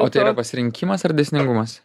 o tai yra pasirinkimas ar dėsningumas